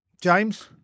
James